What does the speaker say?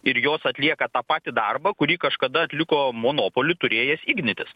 ir jos atlieka tą patį darbą kurį kažkada atliko monopolį turėjęs ignitis